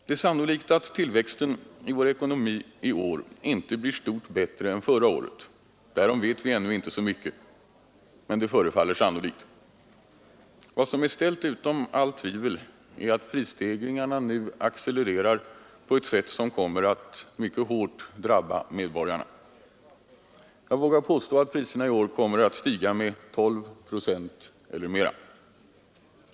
Det är sannolikt att tillväxten i vår ekonomi i år inte blir stort bättre än förra året. Därom vet vi ännu icke så mycket, men det förefaller sannolikt. Och det är ställt utom tvivel att prisstegringarna nu accelererar på ett sätt som kommer att mycket hårt drabba medborgarna. Jag vågar påstå att priserna i år kommer att stiga med 12 procent eller mer.